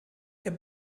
der